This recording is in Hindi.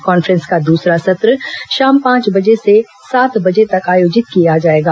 कॉन्फ्रेंस का दूसरा सत्र शाम पांच बजे से रात सात बजे तक आयोजित किया जाएगा